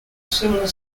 similar